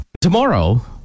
tomorrow